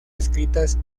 escritas